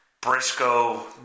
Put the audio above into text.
Briscoe